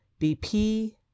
BP